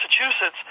Massachusetts